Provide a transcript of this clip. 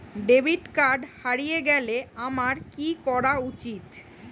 Debit card হারিয়ে গেলে আমার কি করা উচিৎ?